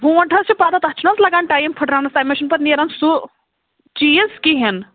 وونٛٹھ حظ چھِ پَتَہ تَتھ چھِنہٕ حظ لَگان ٹایِم پھٕٹراونَس تَمہِ منٛز چھِنہٕ پَتہٕ نیران سُہ چیٖز کِہیٖنۍ